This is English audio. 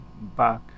back